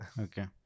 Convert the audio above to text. Okay